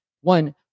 one